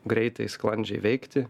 greitai sklandžiai veikti